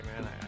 man